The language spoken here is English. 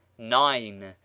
nine.